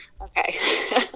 okay